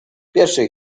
pierwszej